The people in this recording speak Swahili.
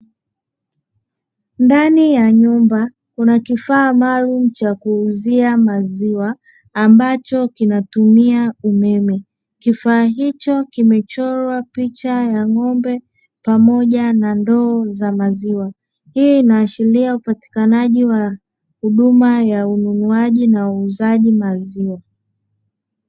Ndani ya nyumba kuna kifaa maalum cha kuuzia maziwa, ambacho kinatumia umeme, kifaa hicho kimechorwa picha ya ng'ombe pamoja na ndoo za maziwa. Hii inaashiria upatikanaji wa huduma ya ununuaji na uuzaji maziwa.